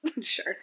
Sure